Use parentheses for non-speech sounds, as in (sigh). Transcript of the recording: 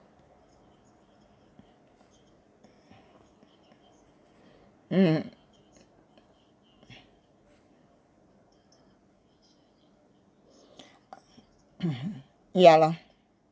mm (breath) (coughs) ya lor